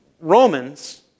Romans